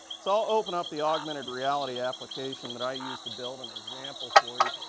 so i'll open up the augmented reality application that i used to build an example for you,